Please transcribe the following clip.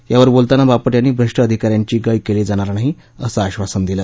यावर बोलताना बापट यांनी भ्रष्ट अधिकाऱ्यांची गय केली जाणार नाही असं आश्वासन दिलं